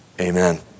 Amen